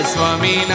Swami